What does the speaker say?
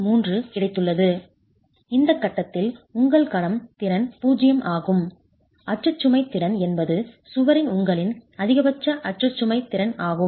003 கிடைத்துள்ளது இந்த கட்டத்தில் உங்கள் கணம் திறன் 0 ஆகும் அச்சு சுமை திறன் என்பது சுவரில் உங்களின் அதிகபட்ச அச்சு சுமை திறன் ஆகும்